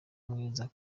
mwiza